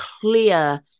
clear